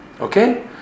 okay